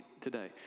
today